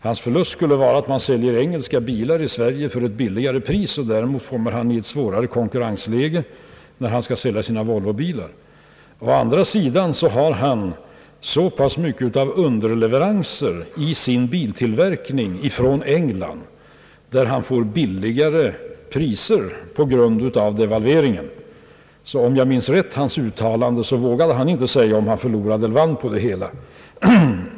Hans förlust skulle vara att engelska bilar säljs i Sverige till ett billigare pris än tidigare och att han därmed får ett svårare konkurrensläge för sina Volvobilar. Å andra sidan har han så mycket underleveranser för sin biltillverkning från England, som han får till billigare priser på grund av devalveringen, att han — om jag minns hans uttalande rätt — sade att han inte vågade säga om han förlorar eller vinner på devalveringen.